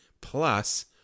plus